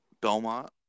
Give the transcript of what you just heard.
Belmont